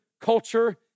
culture